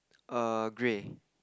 err grey